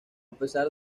pesar